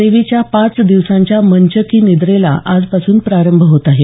देवीच्या पाच दिवसांच्या मंचकी निद्रेला आजपासून प्रारंभ होत आहे